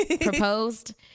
Proposed